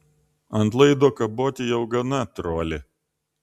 ant laido kaboti jau gana troli